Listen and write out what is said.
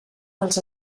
dels